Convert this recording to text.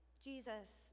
Jesus